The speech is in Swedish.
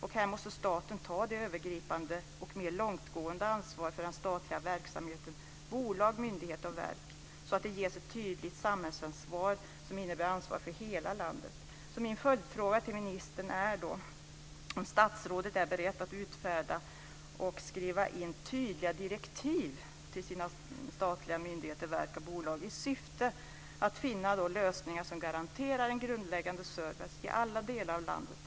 Här måste staten ta ett övergripande och mer långtgående ansvar för den statliga verksamheten - bolag, myndigheter och verk - så att den ges ett tydligt samhällsansvar som innebär ansvar för hela landet. Min följdfråga till ministern är alltså om statsrådet är beredd att utfärda och skriva in tydliga direktiv till sina statliga myndigheter, verk och bolag i syfte att finna lösningar som garanterar en grundläggande service i alla delar av landet.